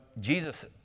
Jesus